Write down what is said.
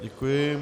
Děkuji.